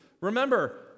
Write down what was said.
Remember